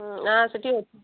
ହୁଁ ନା ସେଇଠି ଅଛି